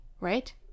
right